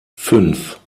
fünf